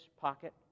pocket